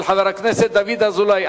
של חבר הכנסת דוד אזולאי,